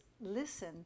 listen